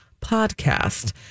podcast